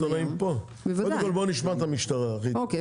ארגון